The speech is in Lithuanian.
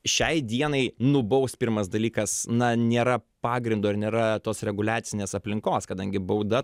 šiai dienai nubaus pirmas dalykas na nėra pagrindo ir nėra tos reguliacinės aplinkos kadangi bauda